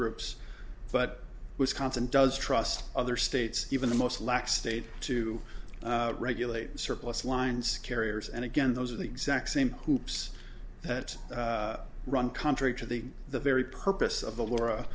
groups but wisconsin does trust other states even the most lax state to regulate surplus lines carriers and again those are the exact same hoops that run contrary to the the very purpose of the laura